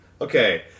Okay